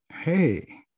Hey